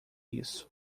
isso